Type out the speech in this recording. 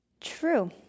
True